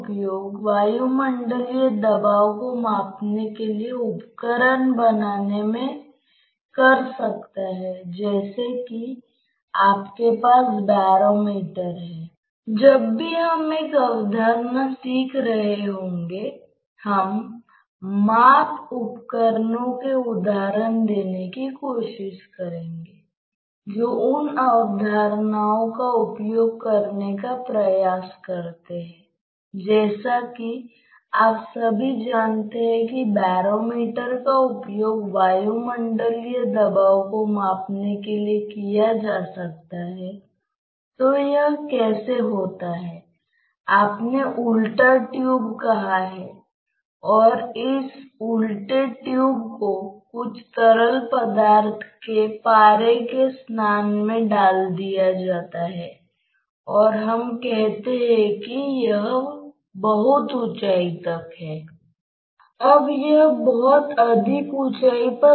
इसलिए यदि द्रव में श्यानता है जो दीवार से अंदर तक प्रसारित किया जाएगा और यह प्रभाव में तरल तत्वों को धीमा करने की कोशिश करेगा जो दीवार के करीब हैं और जैसा कि आप दीवार से अधिक दूर और अधिक से अधिक दूर जाते हैं वेग अधिक से अधिक होगा